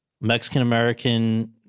Mexican-American